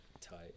Tight